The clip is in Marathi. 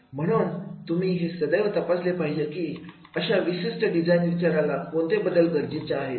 म्हणून तुम्ही हे सदैव तपासले पाहिजे की अशा विशिष्ट डिझाईन विचाराला कोणते बदल गरजेचे आहेत